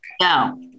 no